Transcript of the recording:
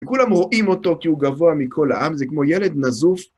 וכולם רואים אותו כי הוא גבוה מכל העם, זה כמו ילד נזוף.